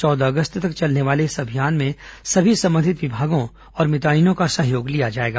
चौदह अगस्त तक चलने वाले इस अभियान में सभी संबंधित विभागों और मितानिनों का सहयोग लिया जाएगा